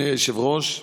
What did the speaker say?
אדוני היושב-ראש,